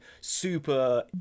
super